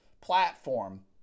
platform